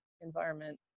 environment